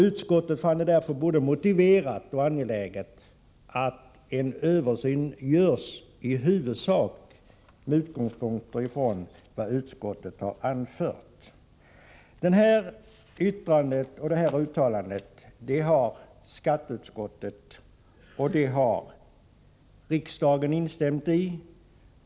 Utskottet finner det både motiverat och angeläget att en översyn görs i huvudsak utifrån vad nu anförts.” Det här uttalandet från bostadsutskottet har skatteutskottet liksom kammaren instämt i.